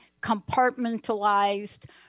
compartmentalized